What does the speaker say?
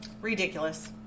Ridiculous